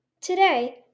Today